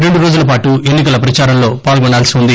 రెండు రోజుల పాటు ఎన్నికల ప్రదారంలో పాల్గొనాల్పి ఉంది